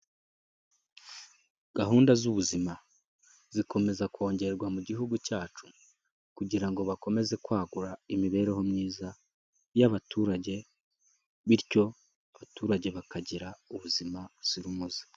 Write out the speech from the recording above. Gahunda z'ubuzima zikomeza kongerwa mu gihugu cyacu kugira ngo bakomeze kwagura imibereho myiza y'abaturage, bityo abaturage bakagira ubuzima buzira umuze.